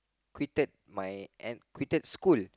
quitted my N quitted school